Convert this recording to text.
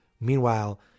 Meanwhile